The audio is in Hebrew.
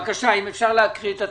בבקשה, אם אפשר לקרוא את התקנות.